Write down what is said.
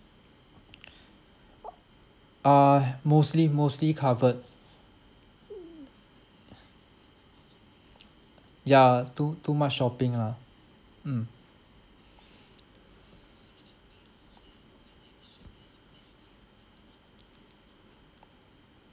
uh mostly mostly covered ya too too much shopping lah mm